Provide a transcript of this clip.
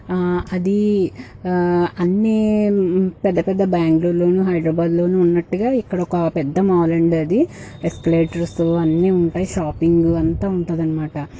అదీ అన్నీ పెద్ద పెద్ద బ్యాంగ్లూర్లోనూ హైద్రాబాద్లో ఉన్నట్టుగా ఇక్కడ ఒక పెద్ద మాల్ అండీ అది ఎస్కలేటర్సు అన్నీ ఉంటాయి షాపింగు అంతా ఉంటుందన్నమాట